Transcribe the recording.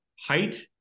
height